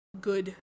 good